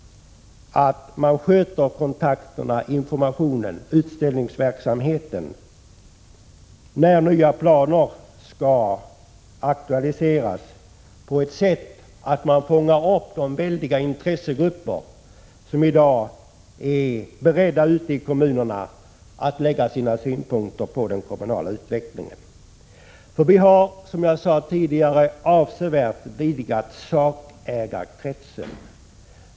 1986/87:36 kontakterna, informationen och utställningsverksamheten när nya planer 26 november 1986 skall aktualiseras på ett sådant sätt att man fångar upp de väldiga intresse. Z— grupper i kommunerna, som i dag är beredda att anlägga sina synpunkter på den kommunala utvecklingen. Vi har som jag sade tidigare avsevärt vidgat sakägarkretsen.